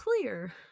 clear